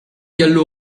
gallo